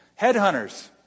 Headhunters